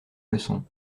leçon